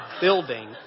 building